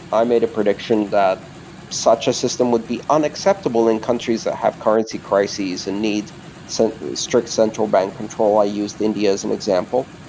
i made a prediction that such a system would be unacceptable in countries that have currency crises and needs strict central-bank control. i used india as an example.